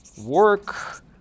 work